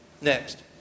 Next